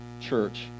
church